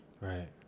Right